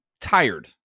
tired